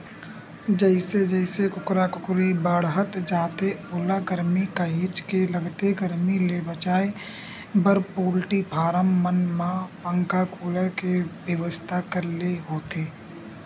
जइसे जइसे कुकरा कुकरी बाड़हत जाथे ओला गरमी काहेच के लगथे गरमी ले बचाए बर पोल्टी फारम मन म पंखा कूलर के बेवस्था करे ल होथे